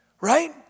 right